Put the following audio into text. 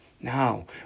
now